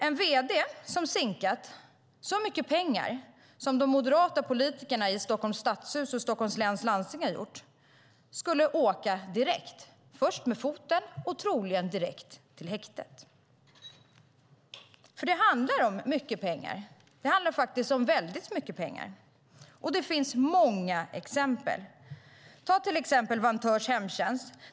En vd som sinkat så mycket pengar som de moderata politikerna i Stockholms stadshus och i Stockholms läns landsting har gjort skulle åka direkt - först med foten och troligen direkt till häktet. För det handlar om mycket pengar. Det handlar faktiskt om väldigt mycket pengar. Och det finns många exempel. Ett exempel är Vantörs Hemtjänst.